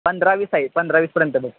पंधरावीस आहे पंधरावीसपर्यंत बघ